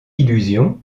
illusion